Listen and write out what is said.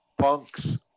Punk's